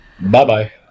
Bye-bye